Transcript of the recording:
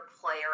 player